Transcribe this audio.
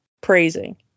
praising